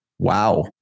Wow